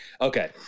Okay